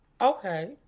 okay